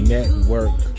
Network